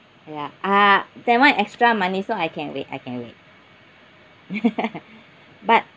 ya uh that [one] extra money so I can wait I can wait but